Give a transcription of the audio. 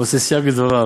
והעושה סייג לדבריו,